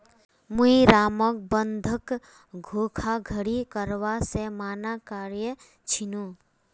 मुई रामक बंधक धोखाधड़ी करवा से माना कर्या छीनु